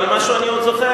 אבל משהו אני עוד זוכר.